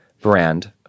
brand